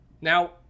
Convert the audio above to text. Now